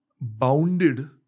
bounded